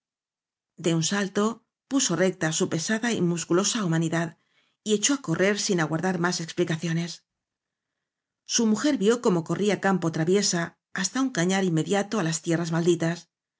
de un salto puso recta su pesada y musculosa humanidad y echó á correr sin aguardar más explicaciones su mujer vió cómo corría á campo traviesa hasta un cañar inmediato á las tierras maldi tas